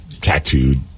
tattooed